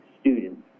students